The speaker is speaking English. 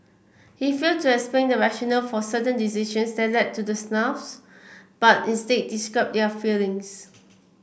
he failed to explain the rationale for certain decisions that led to the snafus but instead described their failings